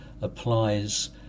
applies